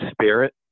spirit